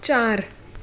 चारि